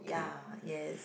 ya yes